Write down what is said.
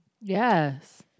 Yes